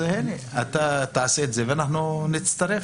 אתה תעשה את זה ואנחנו נצטרף.